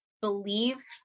believe